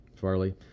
Farley